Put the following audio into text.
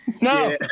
No